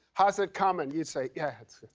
how's it coming? you'd say, yeah. it's